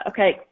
Okay